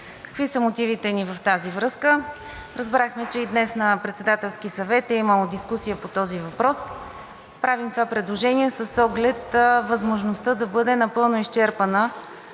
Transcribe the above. Какви са мотивите ни в тази връзка? Разбрахме, че и днес на Председателски съвет е имало дискусия по този въпрос. Правим това предложение с оглед да бъде напълно изчерпана